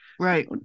right